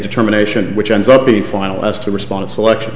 determination which ends up being final as to respond selection